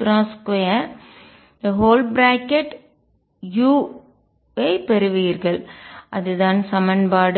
ux |E|Z2e4m4π022u ஐப் பெறுவீர்கள் அதுதான் சமன்பாடு